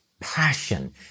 Passion